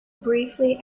briefly